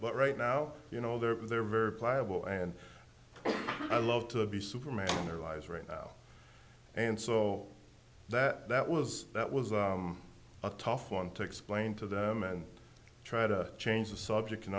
but right now you know they're they're very pliable and i love to be superman in their lives right now and so that was that was a tough one to explain to them and try to change the subject and